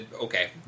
okay